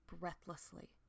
breathlessly